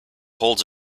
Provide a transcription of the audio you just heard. holds